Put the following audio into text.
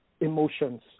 emotions